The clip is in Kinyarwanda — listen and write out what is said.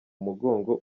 mugongo